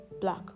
black